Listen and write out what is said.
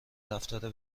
رفتار